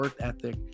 ethic